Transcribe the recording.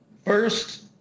First